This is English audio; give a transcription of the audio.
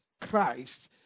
Christ